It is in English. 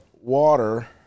water